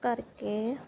ਕਰਕੇ